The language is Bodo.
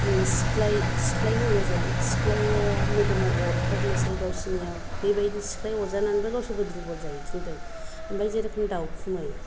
सिख्लाय सिख्लाय होनो जों सिख्लाया मोदोमाव अरफबनोसै गावसोरनियाव बेबायदि सिख्लाय अरजानानैबो गावसोरबो दुरबल जायो किन्तु ओमफ्राय जे रोखोम दाउखुमै